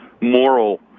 moral